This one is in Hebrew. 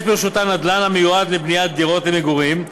ברשותן נדל"ן המיועד לבניית דירות למגורים,